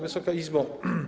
Wysoka Izbo!